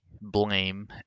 blame